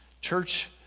Church